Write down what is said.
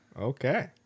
Okay